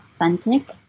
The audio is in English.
authentic